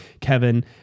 Kevin